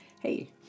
Hey